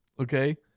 Okay